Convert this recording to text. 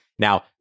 Now